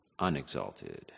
unexalted